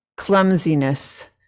clumsiness